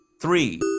three